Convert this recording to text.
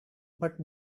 but